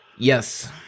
Yes